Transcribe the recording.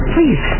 Please